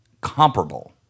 comparable